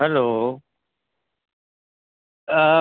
hello